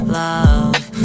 love